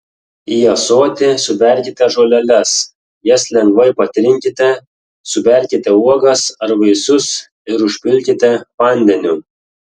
į ąsotį suberkite žoleles jas lengvai patrinkite suberkite uogas ar vaisius ir užpilkite vandeniu